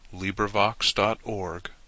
LibriVox.org